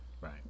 Right